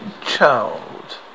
Child